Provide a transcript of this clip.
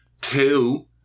Two